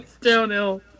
downhill